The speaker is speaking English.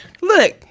Look